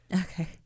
Okay